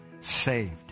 saved